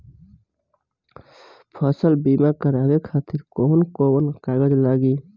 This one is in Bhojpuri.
फसल बीमा करावे खातिर कवन कवन कागज लगी?